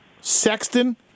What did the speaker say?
Sexton